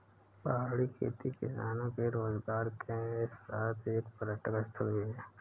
पहाड़ी खेती किसानों के रोजगार के साथ एक पर्यटक स्थल भी है